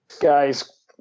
guy's